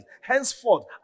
Henceforth